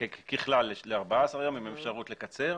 ככלל ל-14 יום עם אפשרות לקצר.